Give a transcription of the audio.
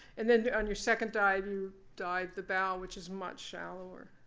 and then on your second dive, you dive the bow, which is much shallower.